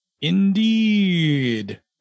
Indeed